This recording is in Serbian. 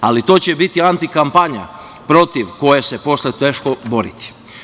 Ali, to će biti antikampanja protiv koje se posle teško boriti.